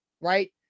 right